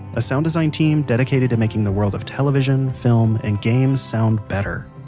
a sound design team dedicated to making the world of television, film, and games sound better.